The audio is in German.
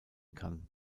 kann